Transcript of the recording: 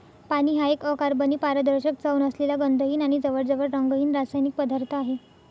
पाणी हा एक अकार्बनी, पारदर्शक, चव नसलेला, गंधहीन आणि जवळजवळ रंगहीन रासायनिक पदार्थ आहे